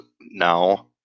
now